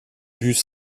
bus